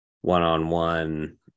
one-on-one